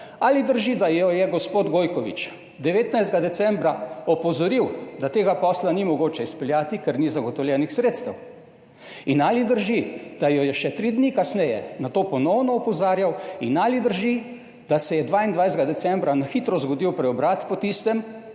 ali drži, da jo je gospod Gojkovič 19. decembra opozoril, da tega posla ni mogoče izpeljati, ker ni zagotovljenih sredstev? In, ali drži, da jo je še tri dni kasneje na to ponovno opozarjal? In, ali drži, da se je 22. decembra na hitro zgodil preobrat po tistem,